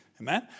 amen